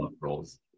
roles